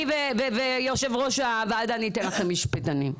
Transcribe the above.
אני ויושב ראש הוועדה ניתן לכם משפטנים.